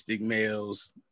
males